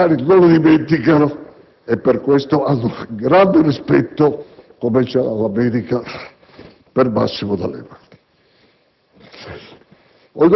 i militari non lo dimenticano e per questo hanno grande rispetto, come ce l'ha l'America, per Massimo D'Alema.